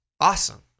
awesome